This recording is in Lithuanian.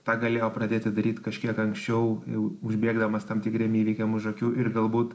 tą galėjo pradėti daryt kažkiek anksčiau jau užbėgdamas tam tikriem įvykiam už akių ir galbūt